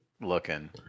looking